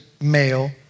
male